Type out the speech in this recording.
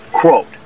quote